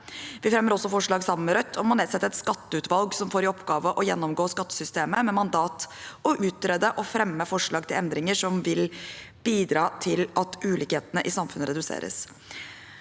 Vi fremmer også forslag sammen med Rødt om å nedsette et skatteutvalg som får i oppgave å gjennomgå skattesystemet, med mandat om å utrede og fremme forslag til endringer som vil bidra til at ulikhetene i samfunnet reduseres.